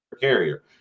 carrier